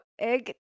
egg